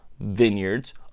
vineyards